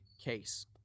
case